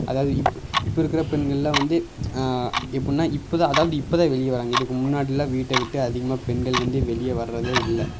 அதாவது இப்போ இப்போ இருககி ற பெண்கள்லாம் வந்து எப்படின்னா இப்போ தான் அதாவது இப்போ தான் வெளியே வராங்க இதுக்கு முன்னாடிலாம் வீட்டை வீட்டு அதிகமாக பெண்கள் வந்து வெளியே வர்றதே இல்லை